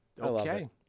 Okay